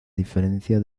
diferencia